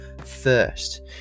first